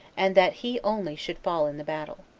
and that he only should fall in the battle.